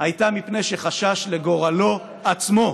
הייתה מפני שחשש לגורלו עצמו,